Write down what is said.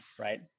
right